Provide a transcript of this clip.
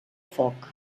foc